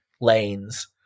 lanes